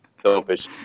selfish